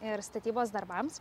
ir statybos darbams